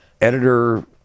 editor